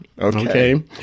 Okay